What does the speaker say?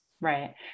Right